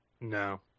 No